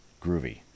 groovy